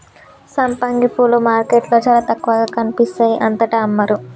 సంపంగి పూలు మార్కెట్లో చాల తక్కువగా కనిపిస్తాయి అంతటా అమ్మరు